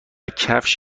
کفش